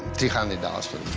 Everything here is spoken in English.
three hundred dollars for